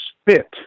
spit